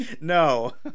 No